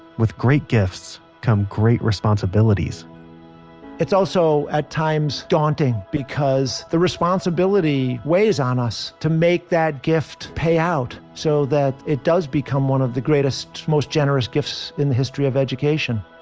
with great gifts come great responsibilities it's also at times daunting because the responsibility weighs on us to make that gift pay out so that it does become one of the greatest, most generous gifts in the history of education